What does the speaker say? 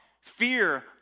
fear